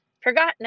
Forgotten